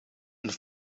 een